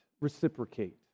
reciprocate